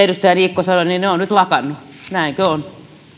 edustaja niikko sanoi ne ovat nyt lakanneet näinkö on